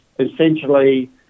essentially